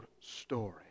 story